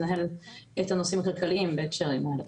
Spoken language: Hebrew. מנהל את הנושאים הכלכליים בהקשרים האלה.